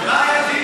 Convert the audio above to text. מה היה דין